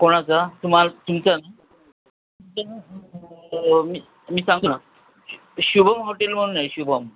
कोणाचा तुम्हाला तुमचं ना तु मी मी सांगतो ना श शुभम हॉटेल म्हणून आहे शुभम